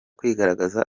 kwigaragaza